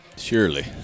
surely